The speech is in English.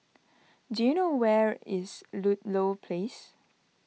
do you know where is Ludlow Place